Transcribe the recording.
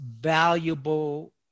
valuable